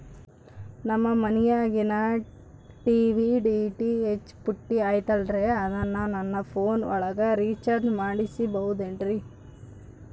ನಮ್ಮ ಮನಿಯಾಗಿನ TV DTH ಪುಟ್ಟಿ ಐತಲ್ರೇ ಅದನ್ನ ನನ್ನ ಪೋನ್ ಒಳಗ ರೇಚಾರ್ಜ ಮಾಡಸಿಬಹುದೇನ್ರಿ?